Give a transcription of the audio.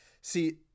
See